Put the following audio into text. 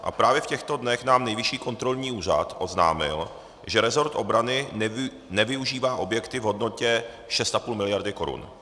A právě v těchto dnech nám Nejvyšší kontrolní úřad oznámil, že rezort obrany nevyužívá objekty v hodnotě 6,5 miliardy korun.